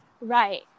Right